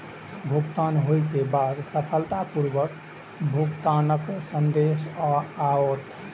भुगतान होइ के बाद सफलतापूर्वक भुगतानक संदेश आओत